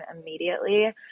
immediately